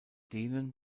denen